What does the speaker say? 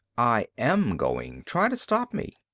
i am going. try to stop me.